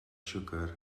siwgr